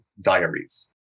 diaries